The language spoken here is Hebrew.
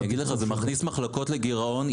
זה מכניס מחלקות לגירעון.